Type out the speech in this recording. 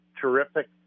terrific